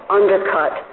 undercut